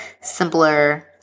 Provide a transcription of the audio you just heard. simpler